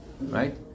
right